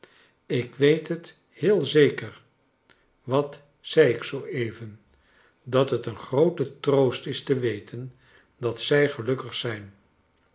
ik weet het heel zeker wat zei ik zoo even dat het een groote troost is te weten dat zij gelukkig zijn